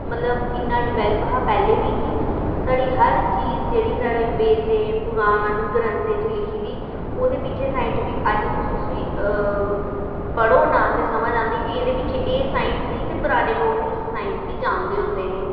मतलब इ'न्ना डेवलप हा पैह्लें बी कि साढ़ी हर चीज़ साढ़ी वेदें पुरान ग्रंथें च लिखी दी ओह्दे पिच्छें साइंटिफिक अज्ज तुस उसी पढ़ो ना ते समझ आंदी कि एह्दे पिच्छें एह् साइंस ते पराने लोग बी उस साइंस गी जानदे होंदे हे